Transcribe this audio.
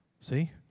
See